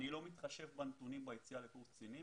אני לא מתחשב בנתונים ביציאה לקורס קצינים